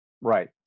right